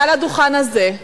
מעל הדוכן הזה,